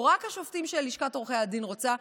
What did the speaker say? או רק את השופטים שלשכת עורכי הדין רוצה,